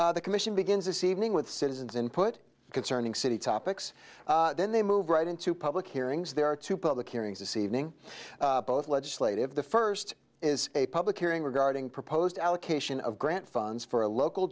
the commission begins this evening with citizens input concerning city topics then they move right into public hearings there are two public hearings this evening both legislative the first is a public hearing regarding proposed allocation of grant funds for a local